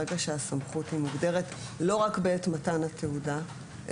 ברגע שהסמכות מוגדרת לא רק בעת מתן התעודה,